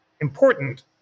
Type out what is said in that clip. important